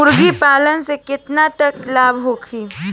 मुर्गी पालन से केतना तक लाभ होखे?